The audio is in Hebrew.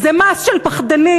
זה מס של פחדנים.